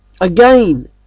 Again